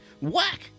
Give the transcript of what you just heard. whack